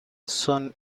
son